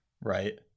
Right